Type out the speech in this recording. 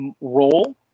role